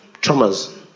traumas